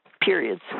periods